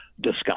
discuss